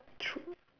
true